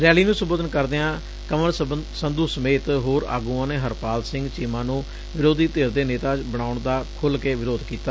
rally ਨ੍ਨੰ ਸੰਬੋਧਨ ਕਰਦਿਆਂ ਕੰਵਰ ਸੰਧੁ ਸਮੇਤ ਹੋਰ ਆਗੁਆਂ ਨੇ ਹਰਪਾਲ ਸਿੰਘ ਚੀਮਾ ਨੂੰ ਵਿਰੋਧੀ ਧਿਰ ਦੇ ਨੇਤਾ ਬਣਾਉਣ ਦਾ ਖੁੱਲ ਕੇ ਵਿਰੋਧ ਕੀਤਾ